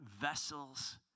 vessels